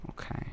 Okay